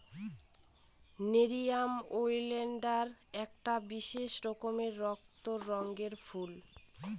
nerium oleander একটা বিশেষ রকমের রক্ত রঙের ফুল